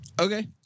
Okay